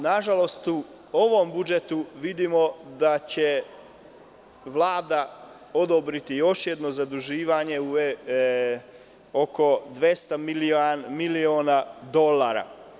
Nažalost, u ovom budžetu vidimo da će Vlada odobriti još jedno zaduživanje od oko 200 miliona dolara.